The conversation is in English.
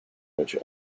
rich